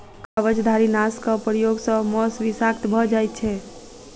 कवचधारीनाशक प्रयोग सॅ मौस विषाक्त भ जाइत छै